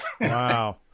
Wow